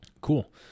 Cool